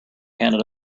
handed